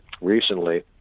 recently